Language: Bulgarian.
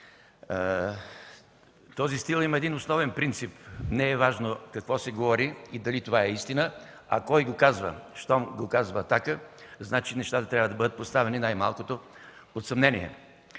Този стил има един основен принцип – не е важно какво се говори и дали това е истина, а кой го казва. Щом го казва „Атака”, значи нещата трябва да бъдат поставени най-малкото под съмнение.